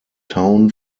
town